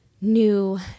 new